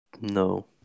No